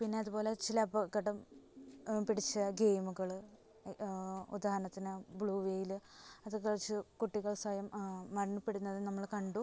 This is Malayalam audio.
പിന്നെ അതുപോലെ ചില അപകടം പിടിച്ച ഗെയിമുകൾ ഉദാഹരണത്തിന് ബ്ലൂ വെയില് അത് കളിച്ച് കുട്ടികൾ സ്വയം മരണപ്പെടുന്നതും നമ്മൾ കണ്ടു